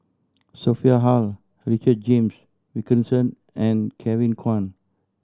Sophia Hull Richard James Wilkinson and Kevin Kwan